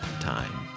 time